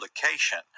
Publication